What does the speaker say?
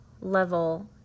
level